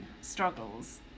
struggles